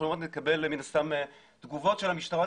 אנחנו עוד נקבל מן הסתם תגובות של המשטרה,